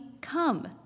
come